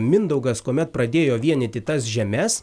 mindaugas kuomet pradėjo vienyti tas žemes